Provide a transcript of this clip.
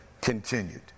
continued